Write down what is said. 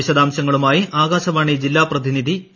വിശദാംശങ്ങളുമായി ആകാശവാണി ജില്ലാ പ്രതിനിധി പി